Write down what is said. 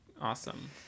awesome